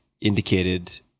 indicated